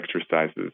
exercises